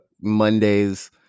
Mondays